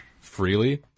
freely